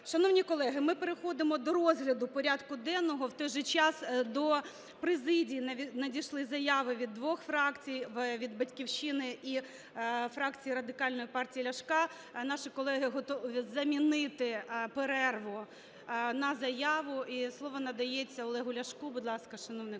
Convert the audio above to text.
Шановні колеги, ми переходимо до розгляду порядку денного. В той же час, до президії надійшли заяви від двох фракцій: від "Батьківщини" і фракції Радикальної партії Ляшка. Наші колеги готові замінити перерву на заяву. І слово надається Олегу Ляшку. Будь ласка, шановний колего.